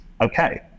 okay